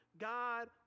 God